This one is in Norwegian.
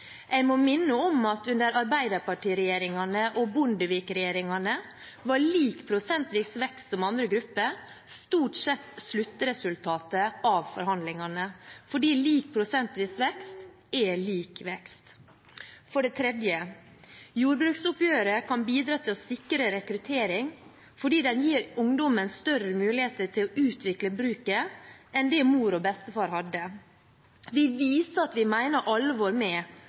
Jeg må minne om at under arbeiderpartiregjeringene og Bondevik-regjeringene var lik prosentvis vekst som andre grupper stort sett sluttresultatet av forhandlingene, fordi lik prosentvis vekst er lik vekst. For det tredje: Jordbruksoppgjøret kan bidra til å sikre rekruttering fordi det gir ungdommen større muligheter til å utvikle bruket enn det mor og bestefar hadde. Vi viser at vi mener alvor med